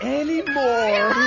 anymore